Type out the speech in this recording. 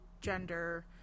gender